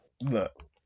Look